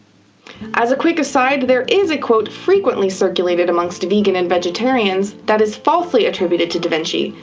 as a quick aside, there is a quote frequently circulated amongst vegan and vegetarians that is falsely attributed to da vinci,